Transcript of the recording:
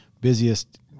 busiest